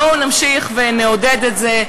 בואו נמשיך ונעודד את זה.